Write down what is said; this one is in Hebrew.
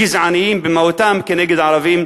גזעניים במהותם כנגד ערבים.